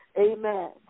amen